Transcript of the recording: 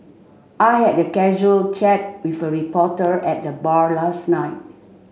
I had a casual chat with a reporter at the bar last night